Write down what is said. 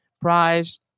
prize